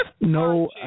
No